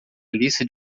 lista